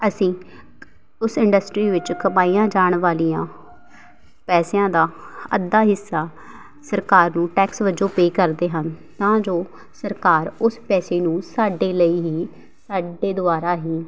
ਅਸੀਂ ਉਸ ਇੰਡਸਟਰੀ ਵਿੱਚ ਖਪਾਈਆਂ ਜਾਣ ਵਾਲੀਆਂ ਪੈਸਿਆਂ ਦਾ ਅੱਧਾ ਹਿੱਸਾ ਸਰਕਾਰ ਨੂੰ ਟੈਕਸ ਵਜੋਂ ਪੇ ਕਰਦੇ ਹਨ ਤਾਂ ਜੋ ਸਰਕਾਰ ਉਸ ਪੈਸੇ ਨੂੰ ਸਾਡੇ ਲਈ ਹੀ ਸਾਡੇ ਦੁਆਰਾ ਹੀ